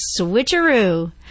switcheroo